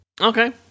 Okay